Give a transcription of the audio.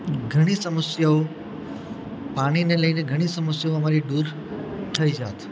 ઘણી સમસ્યાઓ પાણીને લઈને ઘણી સમસ્યાઓ અમારી દૂર થઈ જાત